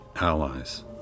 allies